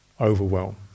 overwhelm